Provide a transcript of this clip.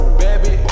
baby